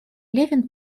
левин